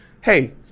hey